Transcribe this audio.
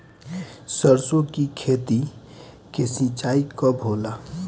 सरसों की खेती के सिंचाई कब होला?